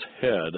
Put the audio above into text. head